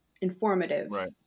Informative